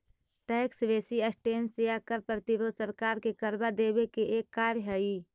tax resistance या कर प्रतिरोध सरकार के करवा देवे के एक कार्य हई